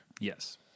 Yes